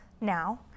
now